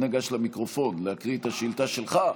אנא גש למיקרופון להקריא את השאילתה שלך.